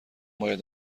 باید